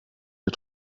der